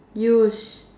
views